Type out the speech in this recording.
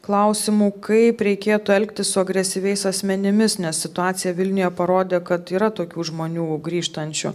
klausimų kaip reikėtų elgtis su agresyviais asmenimis nes situacija vilniuje parodė kad yra tokių žmonių grįžtančių